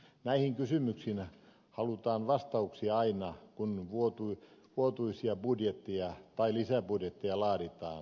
näihin kysymyksiin halutaan vastauksia aina kun vuotuisia budjetteja tai lisäbudjetteja laaditaan